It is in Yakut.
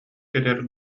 этэр